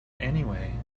anyway